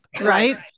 Right